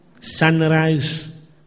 Sunrise